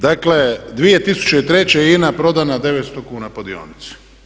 Dakle, 2003. je INA prodana 900 kuna po dionici.